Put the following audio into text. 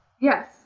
Yes